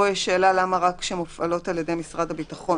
פה נשאלת השאלה למה רק מסגרות שמופעלות על ידי משרד הביטחון.